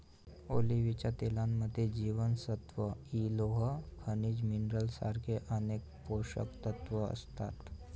ऑलिव्हच्या तेलामध्ये जीवनसत्व इ, लोह, खनिज मिनरल सारखे अनेक पोषकतत्व असतात